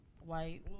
white